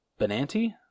Benanti